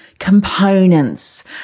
Components